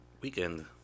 weekend